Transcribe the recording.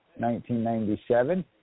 1997